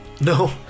No